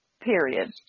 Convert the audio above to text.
Period